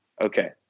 Okay